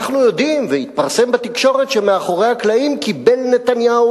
אנחנו יודעים והתפרסם בתקשורת שמאחורי הקלעים קיבל נתניהו